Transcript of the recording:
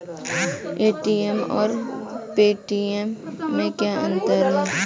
ATM और Paytm में क्या अंतर है?